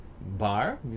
bar